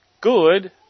good